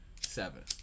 seven